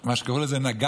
עם מה שקראו לזה נאגייקעס,